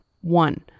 One